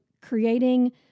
creating